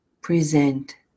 present